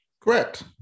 Correct